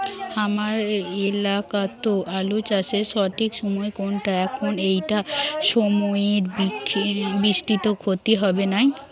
হামার এলাকাত আলু চাষের সঠিক সময় কুনটা যখন এইটা অসময়ের বৃষ্টিত ক্ষতি হবে নাই?